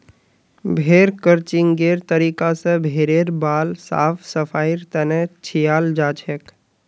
भेड़ क्रचिंगेर तरीका स भेड़ेर बाल साफ सफाईर तने छिलाल जाछेक